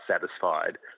satisfied